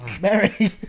Mary